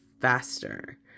faster